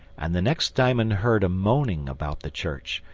and the next diamond heard a moaning about the church,